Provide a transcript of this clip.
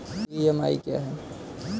EMI क्या है?